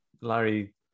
Larry